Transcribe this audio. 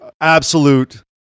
absolute